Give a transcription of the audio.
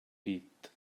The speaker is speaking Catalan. pit